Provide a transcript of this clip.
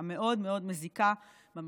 זה דבר